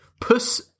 Puss